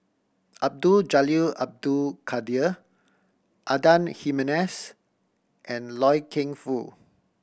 Abdul Jalil Abdul Kadir Adan Jimenez and Loy Keng Foo